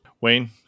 Wayne